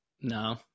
No